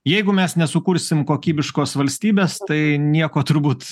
jeigu mes nesukursim kokybiškos valstybės tai nieko turbūt